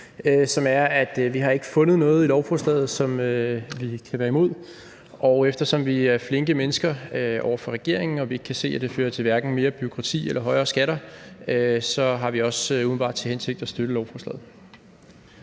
har fundet noget i lovforslaget, som vi kan være imod. Og eftersom vi er flinke mennesker over for regeringen og vi ikke kan se, at det vil føre til hverken mere bureaukrati eller højere skatter, så har vi også umiddelbart til hensigt at støtte lovforslaget.